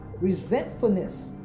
resentfulness